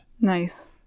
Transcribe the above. Nice